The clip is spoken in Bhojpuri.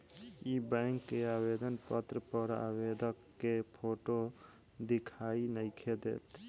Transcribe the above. इ बैक के आवेदन पत्र पर आवेदक के फोटो दिखाई नइखे देत